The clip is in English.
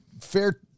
fair